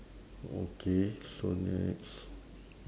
okay so next